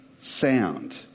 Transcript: sound